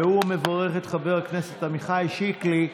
והוא מברך את חבר הכנסת עמיחי שיקלי,